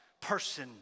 person